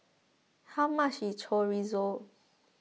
how much is Chorizo